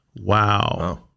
Wow